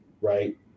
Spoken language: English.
right